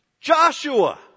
Joshua